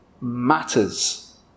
matters